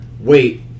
wait